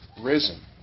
risen